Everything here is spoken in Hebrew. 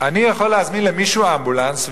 אני יכול להזמין למישהו אמבולנס,